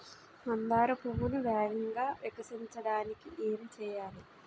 మందార పువ్వును వేగంగా వికసించడానికి ఏం చేయాలి?